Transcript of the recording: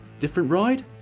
different ride?